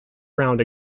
round